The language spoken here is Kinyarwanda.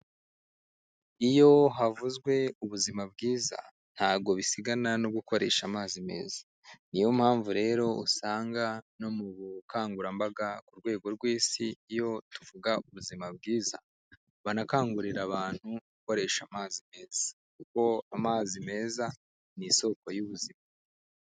Iyo havuzwe ubuzima bwiza, ntago bisigana no gukoresha amazi meza, ni yo mpamvu rero usanga no mu bukangurambaga ku rwego rw'isi, iyo tuvuga ubuzima bwiza, banakangurira abantu gukoresha amazi meza, kuko amazi meza ni isoko y'ubuzima.